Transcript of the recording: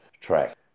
track